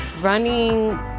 Running